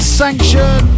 sanction